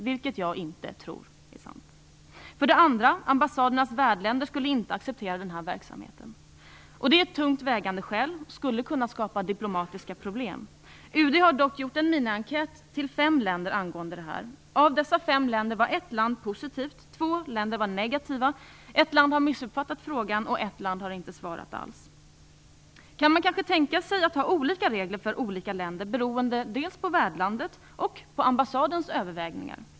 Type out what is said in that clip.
Det ser jag inte som troligt. Det andra argumentet är att ambassadernas värdländer inte skulle acceptera verksamheten. Detta är ett tungt vägande skäl. Det skulle kunna skapa diplomatiska problem. UD har dock gjort en minienkät till fem länder angående detta. Av dessa fem länder var ett positivt och två negativa. Ett land har missuppfattat frågan och ett har inte svarat alls. Kan man tänka sig att ha olika regler för olika länder beroende på värdlandet och på ambassadens överväganden?